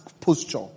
posture